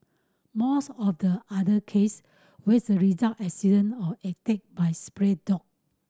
most of the other case with the result accident or attack by spray dog